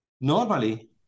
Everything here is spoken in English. normally